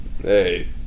hey